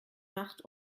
macht